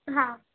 હા